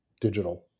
digital